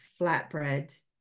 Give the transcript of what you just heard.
flatbread